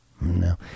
No